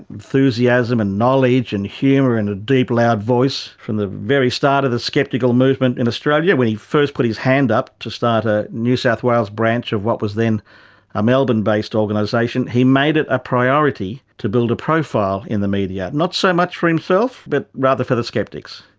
enthusiasm, and knowledge, and humour, and a deep loud voice. from the very start of the skeptical movement in australia, when he first put his hand up to start a new south wales branch of what was then a melbourne-based organisation, he made it a priority to build a profile in the media, not so much for himself but as for the skeptics.